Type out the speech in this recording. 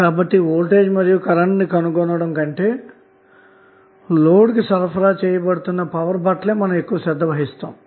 కాబట్టి వోల్టేజ్ మరియు కరెంట్ను కనుగొనడం కంటే లోడ్కు సరఫరా చేయబడుతున్న పవర్ పట్ల మనం ఎక్కువ శ్రద్ధ వహిస్తాము